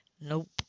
Nope